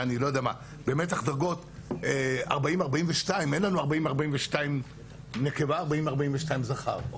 במתח דרגות 40 42 אין לנו 40 42 נקבה, 40 42 זכר.